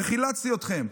הרי חילצתי אתכם.